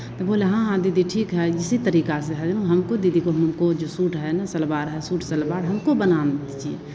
तो बोला हाँ हाँ दीदी ठीक है जिसी तरीका से है हमको दीदी को हमको जो सूट है ना सलवार है सूट सलवार हमको बनाने दीजिए